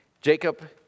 Jacob